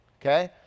okay